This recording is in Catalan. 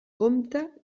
compte